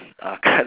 ah cut